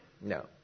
No